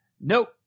Nope